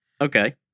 Okay